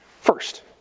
First